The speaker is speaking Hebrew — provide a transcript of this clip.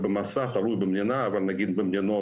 במסע זה תלוי במדינה במדינות,